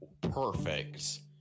perfect